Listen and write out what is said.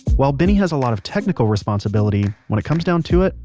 while benny has a lot of technical responsibility, when it comes down to it,